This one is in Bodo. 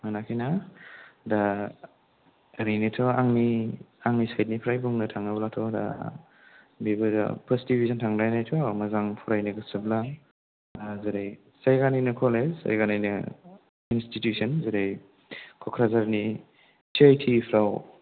मोनाखै ना दा ओरैनोथ' आंनि साइडनिफ्राय बुंनो थांङोब्लाथ' दा बिबो दा फार्स्ट डिभिजन थांलायनायथ' मोजां फरायनो गोसोब्ला जेरै जायगानिनो कलेज जायगानि इनस्टिटिउसन जेरै क'क्राझारनि सि आइ टि फ्राव